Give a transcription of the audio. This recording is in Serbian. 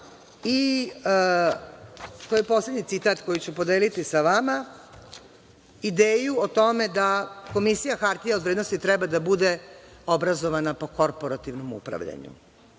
to je poslednji citat koji ću podeliti sa vama, ideju o tome da Komisija hartija od vrednosti treba da bude obrazovana po korporativnom upravljanju,